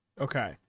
Okay